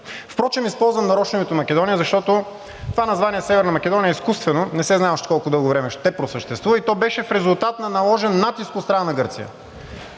Впрочем използвам нарочно името Македония, защото това название Северна Македония е изкуствено – не се знае още колко дълго време ще просъществува и то беше в резултат на наложен натиск от страна на Гърция,